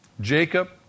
Jacob